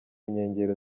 nkengero